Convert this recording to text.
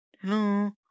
Hello